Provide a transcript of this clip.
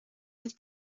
mille